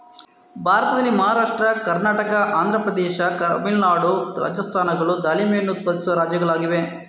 ಭಾರತದಲ್ಲಿ ಮಹಾರಾಷ್ಟ್ರ, ಕರ್ನಾಟಕ, ಆಂಧ್ರ ಪ್ರದೇಶ, ತಮಿಳುನಾಡು, ರಾಜಸ್ಥಾನಗಳು ದಾಳಿಂಬೆಯನ್ನು ಉತ್ಪಾದಿಸುವ ರಾಜ್ಯಗಳಾಗಿವೆ